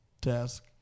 task